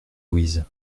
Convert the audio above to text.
louise